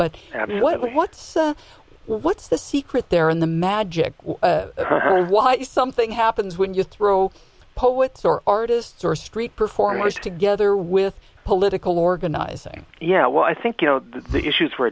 absolutely what what's the secret there in the magic why you something happens when you throw poets or artists or street performers together with political organizing yeah well i think you know the issues we're